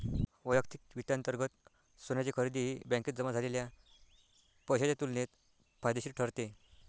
वैयक्तिक वित्तांतर्गत सोन्याची खरेदी ही बँकेत जमा झालेल्या पैशाच्या तुलनेत फायदेशीर ठरते